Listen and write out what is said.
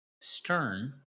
stern